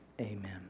Amen